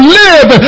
live